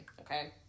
Okay